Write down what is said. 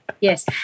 Yes